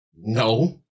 No